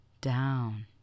down